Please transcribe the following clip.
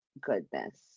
goodness